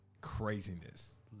craziness